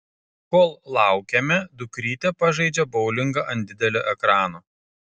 kol laukiame dukrytė pažaidžia boulingą ant didelio ekrano